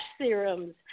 serums